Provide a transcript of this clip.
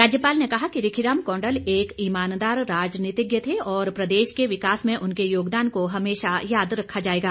राज्यपाल ने कहा कि रिखीराम कौंडल एक ईमानदार राजनीतिज्ञ थे और प्रदेश के विकास में उनके योगदान को हमेशा याद रखा जाएगा